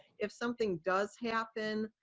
if something does happen,